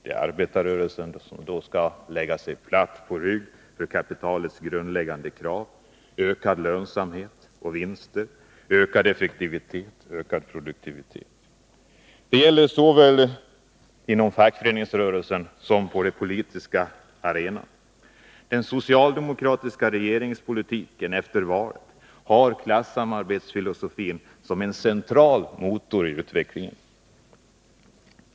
Det är arbetarrörelsen som skall lägga sig platt på rygg för kapitalets grundläggande krav: ökad lönsamhet och vinst, ökad effektivitet och produktivitet. Det gäller såväl inom fackföreningsrörelsen som på den politiska arenan. Den socialdemokratiska regeringens politik efter valet har klassamarbetsfilosofin som central motor i utvecklingen.